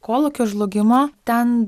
kolūkio žlugimo ten